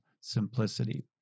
simplicity